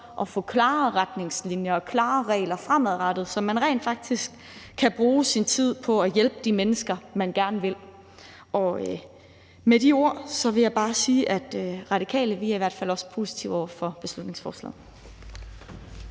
at få klarere retningslinjer og klarere regler fremadrettet, så man rent faktisk kan bruge sin tid på at hjælpe de mennesker, man gerne vil. Med de ord vil jeg bare sige, at vi i Radikale i hvert fald også er positive over for beslutningsforslaget.